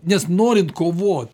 nes norint kovot